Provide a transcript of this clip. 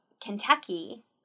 Kentucky